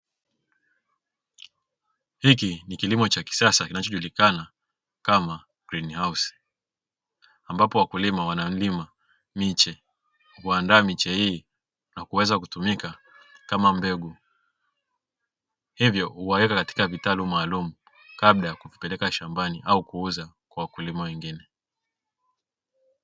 Hiki ni kilimo cha kisasa kinachojulikana kama "green House" ambapo wakulima wanalima miche, huandaa miche hii na kuweza kutumika kama mbegu, hivyo huweka katika vitalu maalumu kabla ya kupeleka shambani au kuuzwa kwa wakulima wengine.